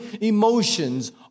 emotions